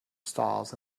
stalls